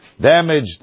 damaged